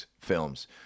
films